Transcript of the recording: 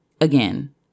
Again